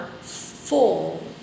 full